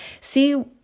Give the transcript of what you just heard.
see